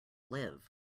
live